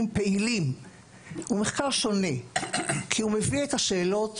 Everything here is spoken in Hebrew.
פעילים הוא מחקר שונה כי הוא מביא את השאלות